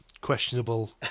questionable